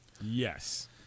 Yes